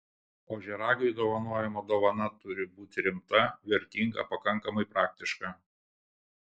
ožiaragiui dovanojama dovana turi būti rimta vertinga pakankamai praktiška